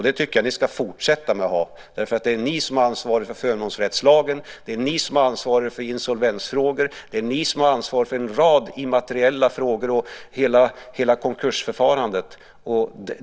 Det tycker jag att ni ska fortsätta med att ha, för det är ni som har ansvaret för förmånsrättslagen, för insolvensfrågorna, för en rad immateriella frågor och för hela konkursförfarandet.